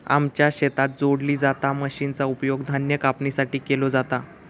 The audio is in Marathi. आमच्या शेतात जोडली जाता मशीनचा उपयोग धान्य कापणीसाठी केलो जाता